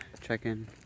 check-in